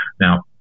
Now